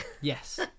yes